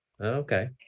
Okay